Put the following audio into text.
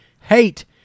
hate